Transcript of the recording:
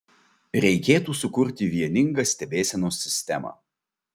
reikėtų sukurti vieningą stebėsenos sistemą